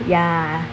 ya